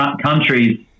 countries